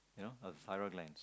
you know a thyroid glands